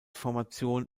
formation